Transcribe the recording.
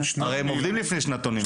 הרי הם עובדים לפי שנתונים.